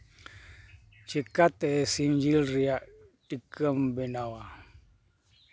ᱪᱤᱠᱟᱹᱛᱮ ᱥᱤᱢ ᱡᱤᱞ ᱨᱮᱭᱟᱜ ᱴᱤᱠᱠᱟᱢ ᱵᱮᱱᱟᱣᱟ